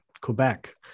Quebec